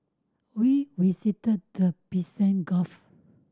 we visited the Persian Gulf